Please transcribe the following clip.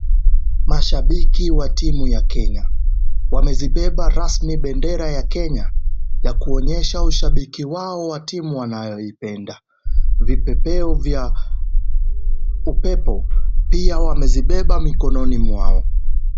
Mashabiki wa timu ya Kenya wamezibeba rasmi bendera ya Kenya ya kuonyesha ushabiki wao wa timu wanayoipenda. Vipepeo vya upepo pia wamezibeba mikononi mwao.